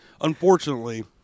unfortunately